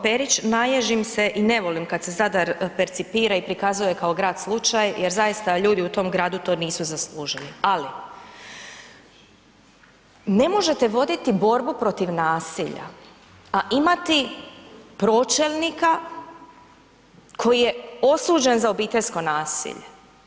Perić, naježim i ne volim kad se Zadar percipira i prikazuje kao grad slučaj jer zaista ljudi u tom gradu to nisu zaslužili ali ne možete borbu voditi borbu protiv nasilja a imati pročelnika koji je osuđen za obiteljsko nasilje.